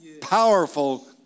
powerful